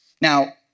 Now